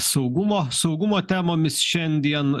saugumo saugumo temomis šiandien